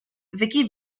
vickie